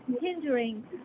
hindering